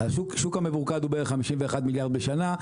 השוק המבוקר הוא בערך 51 מיליארד בשנה,